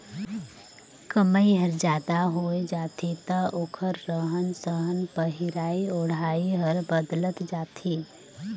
कमई हर जादा होय जाथे त ओखर रहन सहन पहिराई ओढ़ाई हर बदलत जाथे